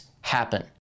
happen